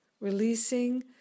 releasing